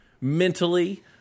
mentally